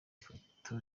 ifoto